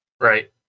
Right